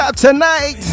tonight